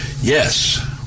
yes